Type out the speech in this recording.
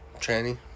Tranny